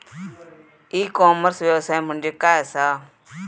E commerce व्यवसाय म्हणजे काय असा?